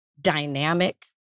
dynamic